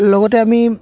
লগতে আমি